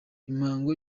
imihango